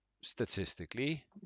statistically